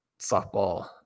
softball